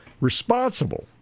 responsible